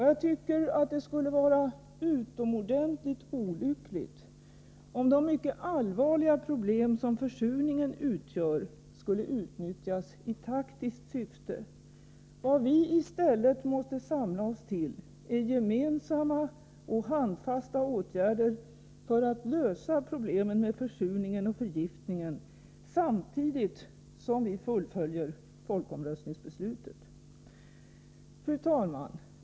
Jag tycker att det skulle vara utomordentligt olyckligt om de mycket allvarliga problem som försurningen utgör skulle utnyttjas i taktiskt syfte. Vad vi i stället måste samla oss till är gemensamma och handfasta åtgärder för att lösa problemen med försurningen och förgiftningen samtidigt som vi fullföljer folkomröstningsbeslutet. Fru talman!